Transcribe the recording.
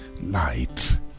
Light